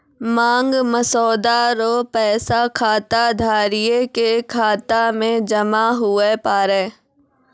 मांग मसौदा रो पैसा खाताधारिये के खाता मे जमा हुवै पारै